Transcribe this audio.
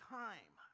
time